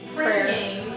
Praying